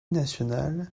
nationale